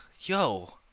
yo